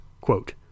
Quote